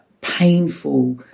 painful